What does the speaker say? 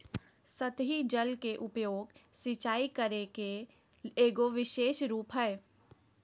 सतही जल के उपयोग, सिंचाई करे के एगो विशेष रूप हइ